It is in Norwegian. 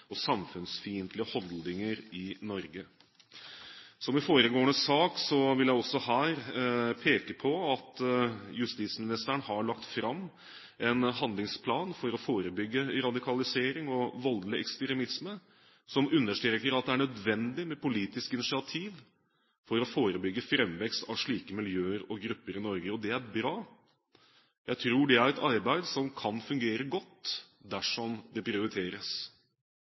og samfunnsfiendtlige holdninger i Norge. Som i foregående sak vil jeg også her peke på at justisministeren har lagt fram en handlingsplan for å forebygge radikalisering og voldelig ekstremisme som understreker at det er nødvendig med politisk initiativ for å forebygge framvekst av slike miljøer og grupper i Norge, og det er bra. Jeg tror det er et arbeid som kan fungere godt dersom det prioriteres.